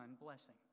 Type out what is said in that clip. blessing